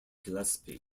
gillespie